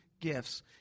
gifts